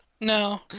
no